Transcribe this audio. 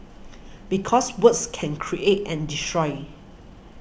because words can create and destroy